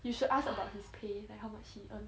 you should ask about his pay like how much he earn